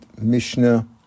Mishnah